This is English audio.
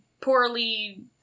poorly